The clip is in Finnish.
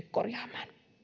korjaamaan